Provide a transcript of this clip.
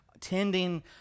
tending